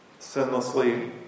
sinlessly